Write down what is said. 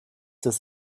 das